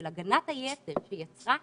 של הגנת היתר, שיצרה הפחדה,